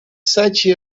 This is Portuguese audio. sete